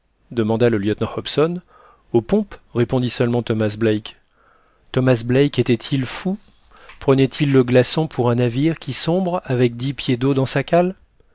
demanda le lieutenant hobson aux pompes répondit seulement thomas black thomas black était-il fou prenait-il le glaçon pour un navire qui sombre avec dix pieds d'eau dans sa cale